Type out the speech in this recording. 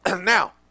Now